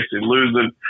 losing